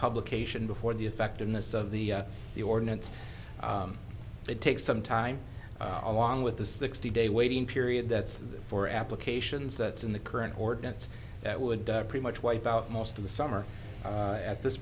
publication before the effectiveness of the the ordinance would take some time along with the sixty day waiting period that's four applications that's in the current ordinance that would pretty much wipe out most of the summer at this